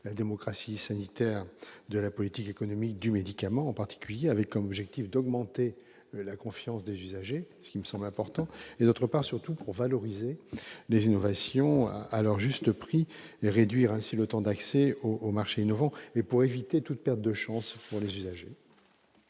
la démocratie sanitaire de la politique économique du médicament, en particulier avec comme objectif d'augmenter la confiance des usagers, ce qui me semble important et d'autre part surtout pour valoriser les innovations à leur juste prix et réduire ainsi le temps d'accès aux marchés innovants et pour éviter toute perte de chance pour les usagers.